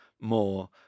more